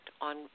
on